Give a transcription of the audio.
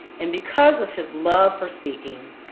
and because of his love for speaking,